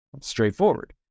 Straightforward